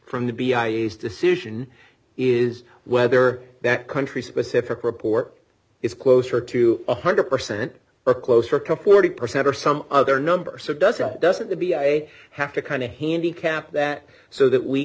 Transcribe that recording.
from the b i e s decision is whether that country specific report is closer to one hundred percent or closer to forty percent or some other number so does that doesn't the b s a have to kind of handicap that so that we